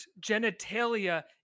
genitalia